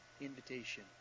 invitation